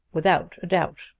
without a doubt,